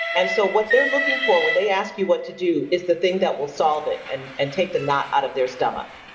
and so what they're looking for when they ask you what to do is the thing that will solve it and and take the knot out of their stomach,